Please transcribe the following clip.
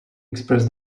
express